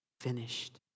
finished